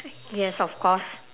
yes of course